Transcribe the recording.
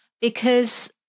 because-